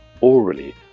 orally